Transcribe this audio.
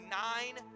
nine